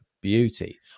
beauty